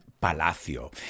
palacio